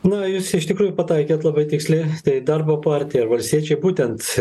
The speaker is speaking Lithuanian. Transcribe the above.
na jūs iš tikrųjų pataikėte labai tiksliai tai darbo partija ar valstiečiai būtent